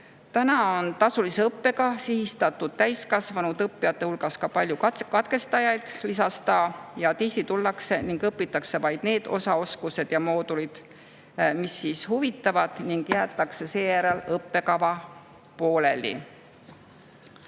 Täna on tasulise õppega sihistatud täiskasvanud õppijate hulgas ka palju katkestajaid, lisas ta. Ja tihti tullakse ning õpitakse vaid need osaoskused ja moodulid, mis huvitavad, ning jäetakse seejärel õppekava pooleli. Mari